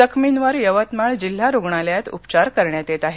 जखमीवर यवतमाळ जिल्हा रुग्णालयात उपचार करण्यात येत आहेत